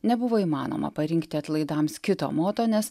nebuvo įmanoma parinkti atlaidams kito moto nes